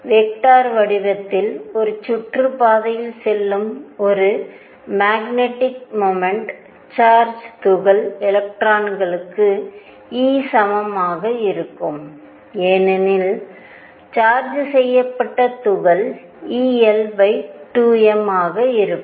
vector வடிவத்தில் ஒரு சுற்றுப்பாதையில் செல்லும் ஒரு மேக்னெட்டிக் மொமெண்ட் சார்ஜ் துகள் எலக்ட்ரானுக்கு e சமமாக இருக்கும் ஏனெனில் சார்ஜ் செய்யப்பட்ட துகள் el2m ஆக இருக்கும்